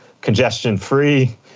congestion-free